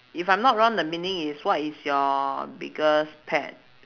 if I'm not wrong the meaning is what is your biggest pet